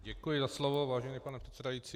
Děkuji za slovo, vážený pane předsedající.